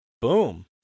Boom